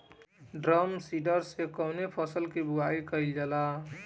Drum seeder से कवने फसल कि बुआई कयील जाला?